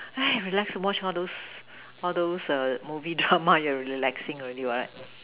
sigh relax watch all those all those movie drama you're relaxing already what